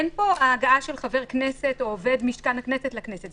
אין פה הגעה של חבר כנסת או עובד משכן הכנסת לכנסת,